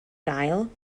gael